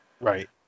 right